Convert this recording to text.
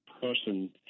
person